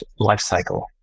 lifecycle